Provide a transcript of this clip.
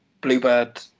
bluebird